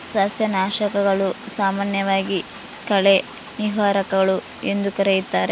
ಸಸ್ಯನಾಶಕಗಳು, ಸಾಮಾನ್ಯವಾಗಿ ಕಳೆ ನಿವಾರಕಗಳು ಎಂದೂ ಕರೆಯುತ್ತಾರೆ